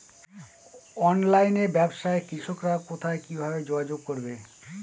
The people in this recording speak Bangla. অনলাইনে ব্যবসায় কৃষকরা কোথায় কিভাবে যোগাযোগ করবে?